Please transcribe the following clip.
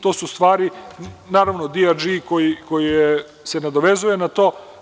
To su stvari, naravno „djdž“ koji se nadovezuje na to.